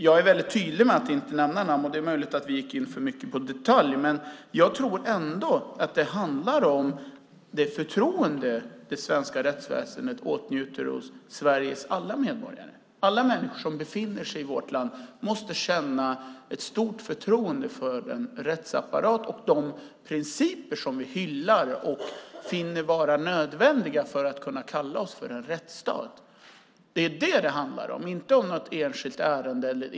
Jag är tydlig med att inte nämna namn, och det är möjligt att vi gick in på för mycket detaljer, men jag tror att det ändå ytterst handlar om det förtroende som det svenska rättsväsendet åtnjuter hos Sveriges alla medborgare. Alla människor som befinner sig i vårt land måste känna ett stort förtroende för rättsapparaten och de principer som vi hyllar och finner nödvändiga för att kunna kalla oss rättsstat. Det är det som det handlar om, inte om något enskilt ärende.